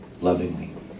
lovingly